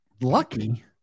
Lucky